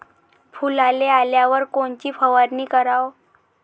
फुलाले आल्यावर कोनची फवारनी कराव?